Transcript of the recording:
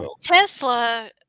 Tesla